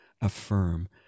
affirm